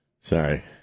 Sorry